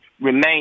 remain